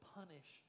punish